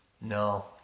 No